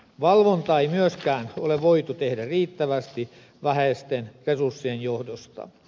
valvontaa ei myöskään ole voitu tehdä riittävästi vähäisten resurssien johdosta